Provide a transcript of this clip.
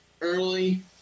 early